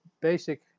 basic